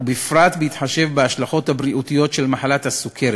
ובפרט בהתחשב בהשלכות הבריאותיות של מחלת הסוכרת,